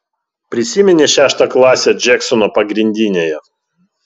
prisimeni šeštą klasę džeksono pagrindinėje